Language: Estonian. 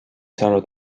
saanud